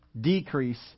decrease